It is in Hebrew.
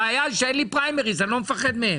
הבעיה היא שאין לי פריימריז, אני לא מפחד מהם.